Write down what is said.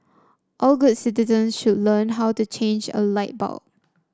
all good citizen should learn how to change a light bulb